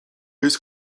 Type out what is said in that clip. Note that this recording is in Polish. jest